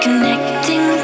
Connecting